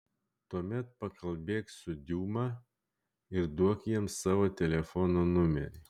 tuomet pakalbėk su diuma ir duok jiems savo telefono numerį